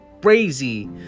crazy